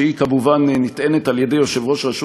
שכמובן נטענת על-ידי יושב-ראש רשות